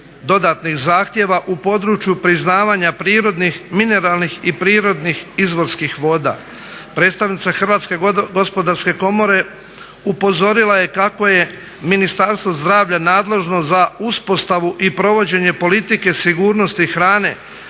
dodatnih zahtjeva u području priznavanja prirodnih mineralnih i prirodnih izvorskih voda. Predstavnika Hrvatske gospodarske komore upozorila je kako je Ministarstvo zdravlja nadležno za uspostavu i provođenje politike sigurnosti hrane